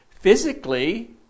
physically